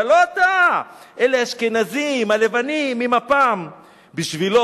אבל לא אתה/ אלה האשכנזים הלבנים ממפ"ם/ בשבילו